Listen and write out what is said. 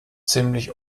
ziemlich